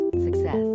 success